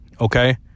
Okay